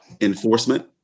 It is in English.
enforcement